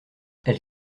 elle